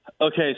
Okay